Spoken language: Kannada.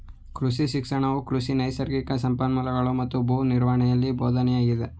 ಕೃಷಿ ಶಿಕ್ಷಣವು ಕೃಷಿ ನೈಸರ್ಗಿಕ ಸಂಪನ್ಮೂಲಗಳೂ ಮತ್ತು ಭೂ ನಿರ್ವಹಣೆಯ ಬೋಧನೆಯಾಗಿದೆ